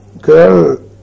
girl